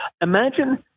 imagine